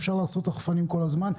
ואפשר לעשות רחפנים כל הזמן.